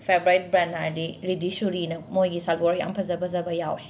favourite ꯕ꯭ꯔꯥꯟ ꯍꯥꯏꯔꯗꯤ ꯔꯤꯙꯤꯁꯨꯔꯤꯅ ꯃꯣꯏꯒꯤ ꯁꯥꯒꯣꯔ ꯌꯥꯝ ꯐꯖ ꯐꯖꯕ ꯌꯥꯨꯋꯦ